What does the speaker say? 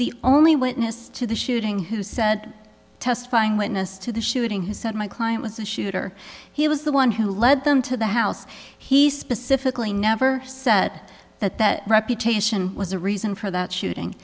the only witness to the shooting who said testifying witness to the shooting who said my client was the shooter he was the one who led them to the house he specifically never said that that reputation was the reason for that shooting